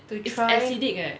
to try